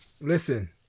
listen